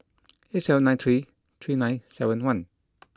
eight seven nine three three nine seven one